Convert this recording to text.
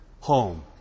home